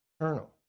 eternal